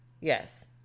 Yes